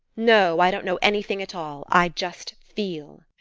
no, i don't know anything at all. i just feel.